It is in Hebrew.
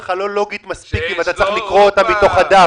המסקנה שלך כנראה לא לוגית מספיק אם אתה צריך לקרוא אותה מתוך הדף.